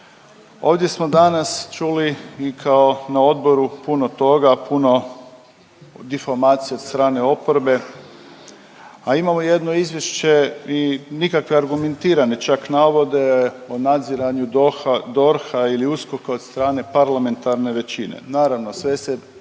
Ovdje smo danas čuli i kao na odboru puno toga, puno difamacija od strane oporbe, a imamo jedno izvješće i nikakve argumentirane čak navode o nadziranju DORH-a ili USKOK-a od strane parlamentarne većine. Naravno sve se